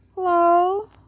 Hello